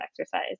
exercise